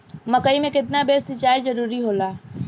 मकई मे केतना बेर सीचाई जरूरी होला?